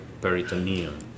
peritoneum